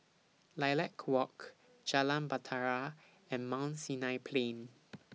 Lilac Walk Jalan Bahtera and Mount Sinai Plain